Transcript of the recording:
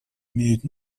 имеют